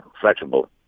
flexible